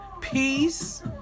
peace